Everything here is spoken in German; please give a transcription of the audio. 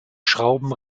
schrauben